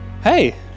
Hey